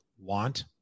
want